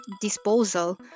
disposal